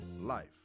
life